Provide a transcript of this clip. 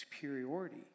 superiority